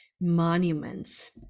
monuments